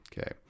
okay